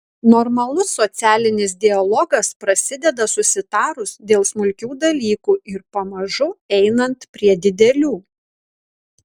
normalus socialinis dialogas prasideda susitarus dėl smulkių dalykų ir pamažu einant prie didelių